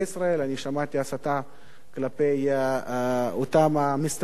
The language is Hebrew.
שמעתי הסתה כלפי אותם המסתננים.